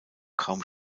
kaum